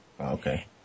Okay